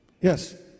Yes